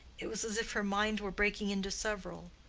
it was as if her mind were breaking into several,